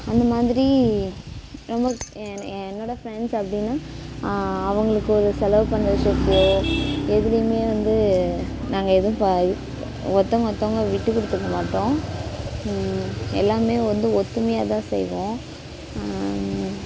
அந்த மாதிரி ரொம்ப ஏ என்னோடய ஃபிரண்ட்ஸ் அப்படினா அவங்களுக்கு ஒரு செலவு பண்றதுக்கோ எதிலயுமே வந்து நாங்கள் எதுவும் இப்போ ஒருத்தவங்க ஒருத்தவங்க விட்டுக்கொடுத்துக்க மாட்டோம் எல்லாமே வந்து ஒத்துமையாகதான் செய்வோம்